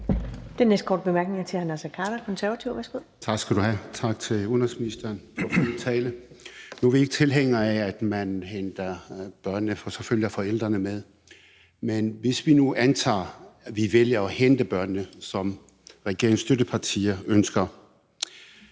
Den næste korte bemærkning er til hr. Naser Khader, Konservative. Værsgo. Kl. 13:33 Naser Khader (KF): Tak skal du have. Og tak til udenrigsministeren for en fin tale. Nu er vi ikke tilhængere af, at man henter børnene, for så følger forældrene med. Men hvis vi nu antager, at vi vælger at hente børnene, sådan som regeringens støttepartier ønsker